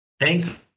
Thanks